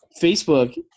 Facebook